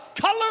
color